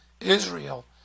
Israel